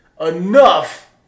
enough